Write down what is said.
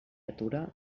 atura